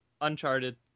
Uncharted